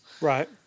Right